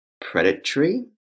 predatory